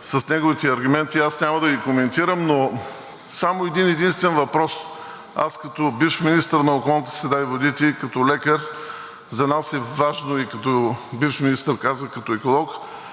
с неговите аргументи, няма да ги коментирам, но само един-единствен въпрос. Аз като бивш министър на околната среда и водите и като лекар, като еколог,